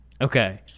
Okay